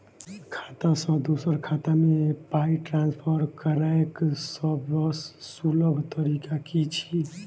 खाता सँ दोसर खाता मे पाई ट्रान्सफर करैक सभसँ सुलभ तरीका की छी?